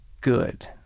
good